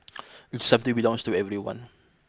it's something belongs to everyone